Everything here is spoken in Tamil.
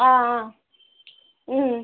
ஆ ஆ ம்